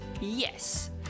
Yes